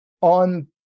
on